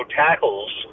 tackles